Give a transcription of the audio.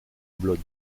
blood